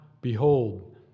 behold